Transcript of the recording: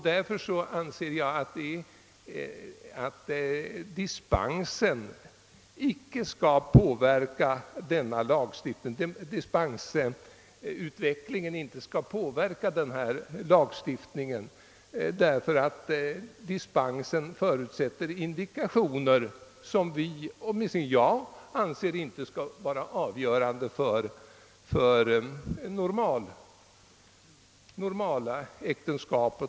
Därför anser jag att utvecklingen av dispensgivningen inte skall påverka denna lagstiftning. Dispensen förutsätter indikationer som vi — åtminstone jag — inte anser skall vara avgörande för normala äktenskap.